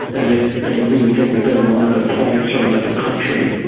that is they leave and they go to another place or another country,